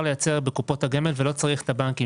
לייצר בקופות הגמל ולא צריך את הבנקים.